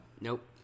Nope